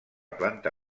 planta